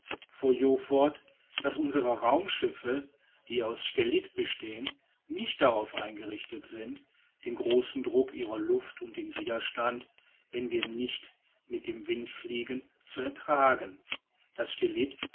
fort daß unsre raumschiffe die aus stellit bestehen nicht darauf eingerichtet sind den großen druck ihrer luft und den widerstand wenn wir nicht mit dem wind fliegen zu ertragen das